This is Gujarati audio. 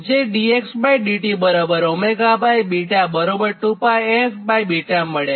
જે dxdt 2f મળે